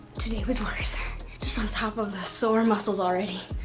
today it was worse just on top of the sore muscles already.